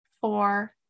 four